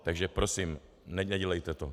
Takže prosím, nedělejte to.